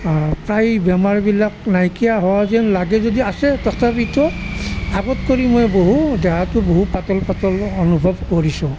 প্ৰায় বেমাৰবিলাক নাইকীয়া হোৱা যেন লাগে যদিও আছে তথাপিতো আগত কৰি মই বহু দেহাটো বহু পাতল পাতল অনুভৱ কৰিছোঁ